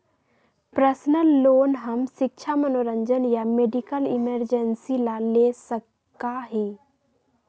personal loan हम शिक्षा मनोरंजन या मेडिकल इमरजेंसी ला ले सका ही